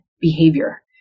behavior